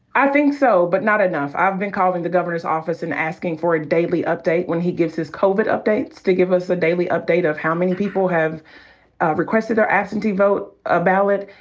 i think so, but not enough. i've been calling the governor's office and asking for a daily update. when he gives his covid updates, to give us a daily update of how many people have requested their absentee vote ah ballot,